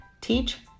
teach